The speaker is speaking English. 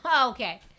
Okay